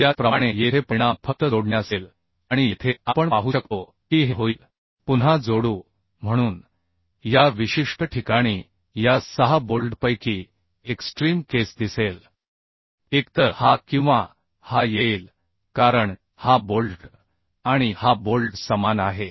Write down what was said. त्याचप्रमाणे येथे परिणाम फक्त जोडणे असेल आणि येथे आपण पाहू शकतो की हे होईल पुन्हा जोडू म्हणून या विशिष्ट ठिकाणी या सहा बोल्टपैकी एक्स्ट्रीम केस दिसेल एकतर हा किंवा हा येईल कारण हा बोल्ट आणि हा बोल्ट समान आहे